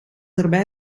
erbij